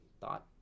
thought